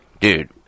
Dude